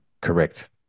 Correct